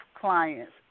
clients